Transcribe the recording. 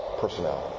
personality